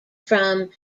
from